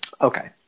Okay